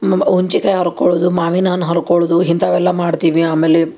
ಹುಂಚಿ ಕಾಯಿ ಹರ್ಕೊಳ್ಳೋದು ಮಾವಿನ ಹಣ್ ಹರ್ಕೊಳ್ಳುದು ಇಂಥವೆಲ್ಲ ಮಾಡ್ತೀವಿ ಆಮೇಲೆ